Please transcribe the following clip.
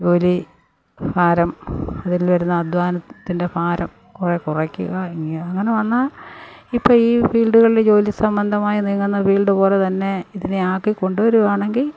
ജോലി ഭാരം അതിൽ വരുന്ന അധ്വാനത്തിൻ്റെ ഭാരം കുറെ കുറയ്ക്കുക അങ്ങനെവന്ന ഇപ്പോള് ഈ ഫീൽഡുകളിൽ ജോലി സംബന്ധമായി നീങ്ങുന്ന ഫീൽഡുപോലെതന്നെ ഇതിനെ ആക്കികൊണ്ടുവരുവാണെങ്കില്